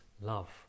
love